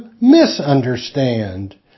misunderstand